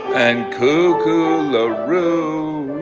and coo coo la rue